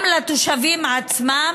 גם לתושבים עצמם,